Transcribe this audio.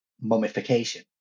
mummification